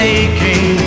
aching